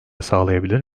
sağlayabilir